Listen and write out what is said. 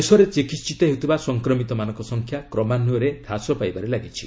ଦେଶରେ ଚିକିହିତ ହେଉଥିବା ସଂକ୍ରମିତମାନଙ୍କ ସଂଖ୍ୟା କ୍ରମାନ୍ୱୟରେ ହ୍ରାସ ପାଇବାରେ ଲାଗିଛି